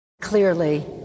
Clearly